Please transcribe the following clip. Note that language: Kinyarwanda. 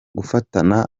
gufatana